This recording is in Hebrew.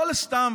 ולא סתם.